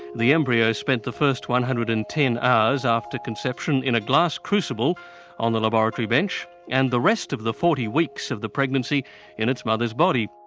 the embryo spent the first one hundred and ten hours after conception in a glass crucible on a laboratory bench, and the rest of the forty weeks of the pregnancy in its mother's body.